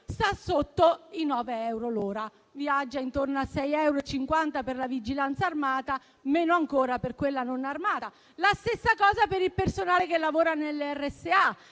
sta sotto i 9 euro l'ora (viaggia intorno a 6,50 euro per la vigilanza armata e a meno ancora per quella non armata). La stessa cosa per il personale che lavora nelle RSA,